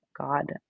God